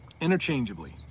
interchangeably